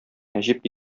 нәҗип